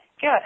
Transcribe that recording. good